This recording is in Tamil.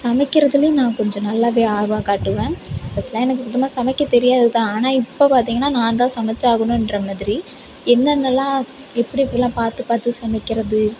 சமைக்கிறதுலேயும் நான் கொஞ்சம் நல்லாவே ஆர்வம் காட்டுவேன் ஃபர்ஸ்ட்யெலாம் எனக்கு சுத்தமாக சமைக்க தெரியாது தான் ஆனால் இப்போது பார்த்திங்கன்னா நான் தான் சமைச்சாகணுன்ற மாதிரி என்னென்னலாம் எப்படி எப்படிலாம் பார்த்து பார்த்து சமைக்கிறது